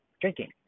drinking